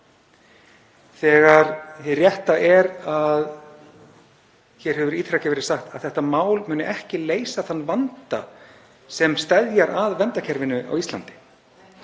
þegar hið rétta er að hér hefur ítrekað verið sagt að þetta mál muni ekki leysa þann vanda sem steðjar að verndarkerfinu á Íslandi,